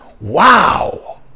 Wow